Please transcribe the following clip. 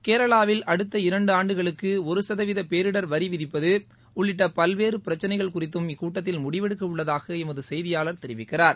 கேரளாவில் அடுத்த இரண்டு ஆண்டுகளுக்கு ஒரு சதவீத பேரிடர் வரி விதிப்பது உள்ளிட்ட பல்வேறு பிரச்சினைகள் குறித்தும் இக்கூட்டத்தில் முடிவெடுக்க உள்ளதாக எமது செய்தியாளர் தெரிவிக்கிறார்